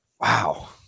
wow